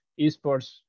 esports